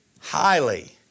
highly